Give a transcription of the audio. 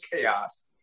chaos